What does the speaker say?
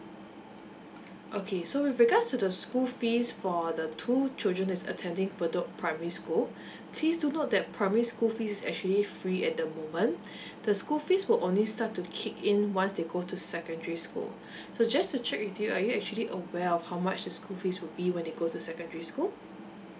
okay so with regards to the school fees for the two children that's attending bedok primary school please do note that primary school fees is actually free at the moment the school fees will only start to kick in once they go to secondary school so just to check with you are you actually aware of how much the school fees will be when they go to secondary school